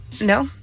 No